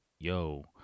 yo